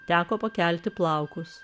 teko pakelti plaukus